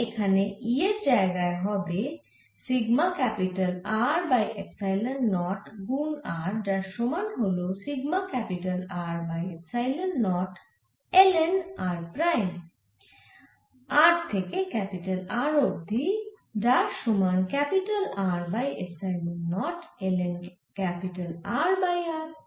তাই এখানে E এর জায়গায় হবে sigma capital R by epsilon naught গুন r যার সমান হল sigma capital R by epsilon naught ln r prime r থেকে R অবধি যার সমান capital R by epsilon naught ln R by r